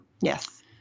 Yes